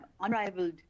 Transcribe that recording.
unrivaled